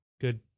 good